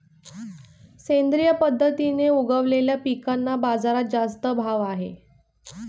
सेंद्रिय पद्धतीने उगवलेल्या पिकांना बाजारात जास्त भाव आहे